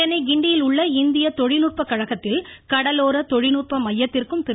சென்னை கிண்டியில் உள்ள இந்திய தொழில்நுட்ப கழகத்தில் கடலோர தொழில்நுட்ப மையத்திற்கும் திரு